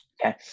Okay